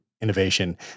innovation